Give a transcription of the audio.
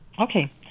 Okay